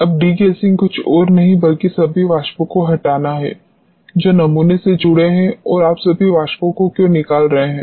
अब डीगैसिंग कुछ और नहीं बल्कि सभी वाष्पों को हटाना है जो नमूने से जुड़े हैं और आप सभी वाष्पों को क्यों निकाल रहे हैं